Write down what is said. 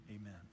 amen